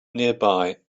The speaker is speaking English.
nearby